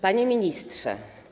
Panie Ministrze!